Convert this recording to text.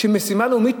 משימה לאומית,